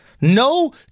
No